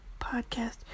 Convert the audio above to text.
podcast